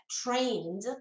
trained